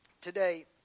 today